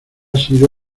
sido